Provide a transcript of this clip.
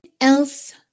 else